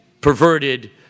perverted